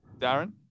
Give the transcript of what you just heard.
Darren